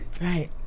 Right